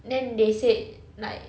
then they said like